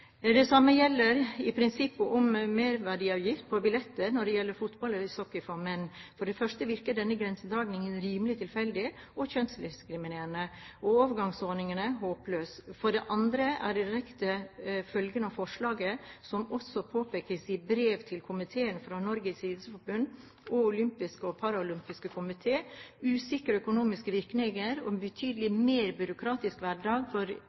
gjelder det samme merverdiavgift på billetter til fotball og ishockey for menn. For det første virker denne grensedragningen rimelig tilfeldig og kjønnsdiskriminerende, og overgangsordningene håpløse. For det andre er de direkte følgene av forslaget – som også påpekes i brev til komiteen fra Norges idrettsforbund og olympiske og paralympiske komité – usikre økonomiske virkninger og en betydelig mer byråkratisk hverdag for